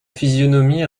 physionomie